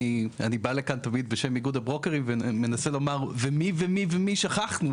אני בא לכאן תמיד בשם איגוד הברוקרים ומנסה לומר "ומי ומי ומי שכחנו",